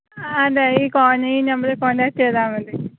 അതേ ഈ കോൾനീ ഈ നമ്പറില് കോണ്ടാക്റ്റ് ചെയ്താൽ മതി